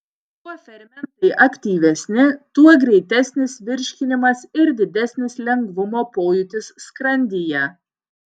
kuo fermentai aktyvesni tuo greitesnis virškinimas ir didesnis lengvumo pojūtis skrandyje